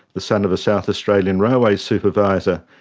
the son of a south australian railways supervisor,